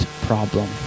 problem